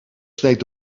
sneed